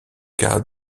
cas